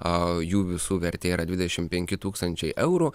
a jų visų vertė yra dvidešimt penki tūkstančiai eurų